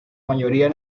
mayoría